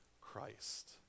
Christ